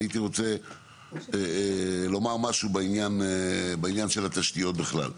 הייתי רוצה לומר משהו בעניין של התשתיות בכלל.